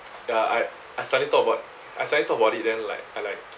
ya I I suddenly thought about I suddenly thought about it then like I like